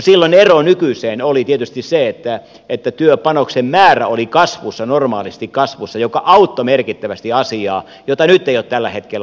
silloin ero nykyiseen oli tietysti se että työpanoksen määrä oli kasvussa normaalisti kasvussa joka auttoi merkittävästi asiaa jota nyt ei ole tällä hetkellä olemassa